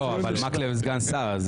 מקלב סגן שר,